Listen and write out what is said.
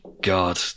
god